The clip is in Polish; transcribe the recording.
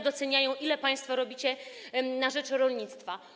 Doceniają, ile państwo robicie na rzecz rolnictwa.